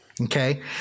Okay